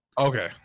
Okay